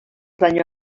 daño